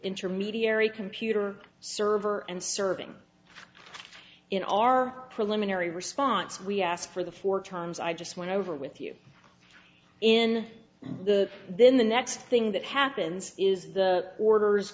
intermediary computer server and serving in our preliminary response we ask for the four times i just went over with you in the then the next thing that happens is the orders